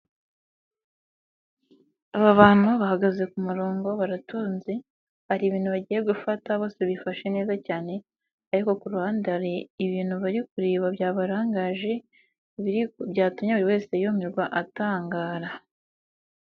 Aba bantu bahagaze ku murongo baratunze, hari ibintu bagiye gufata bose bifashe neza cyane ariko ku ruhande hari ibintu bari kureba byabarangaje, byatumye buri wese yumirwa atangara.